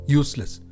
useless